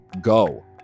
go